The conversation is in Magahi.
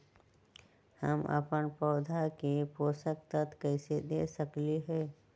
हम अपन पौधा के पोषक तत्व कैसे दे सकली ह?